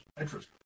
interest